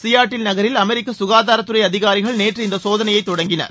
Seattle நகரில் அமெரிக்க சுகாதாரத்துறை அதிகாரிகள் நேற்று இந்த சோதனையை தொடங்கினர்